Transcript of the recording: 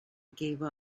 gave